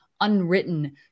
unwritten